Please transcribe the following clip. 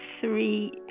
three